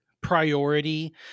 priority